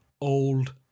old